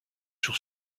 sur